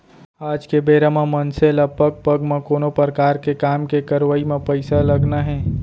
आज के बेरा म मनसे ल पग पग म कोनो परकार के काम के करवई म पइसा लगना हे